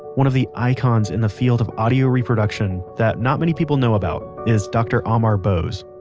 one of the icons in the field of audio reproduction that not many people know about is dr. amar bose